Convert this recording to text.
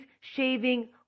shaving